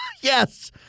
yes